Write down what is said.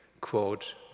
quote